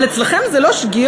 אבל אצלכם זה לא שגיאות,